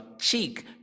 cheek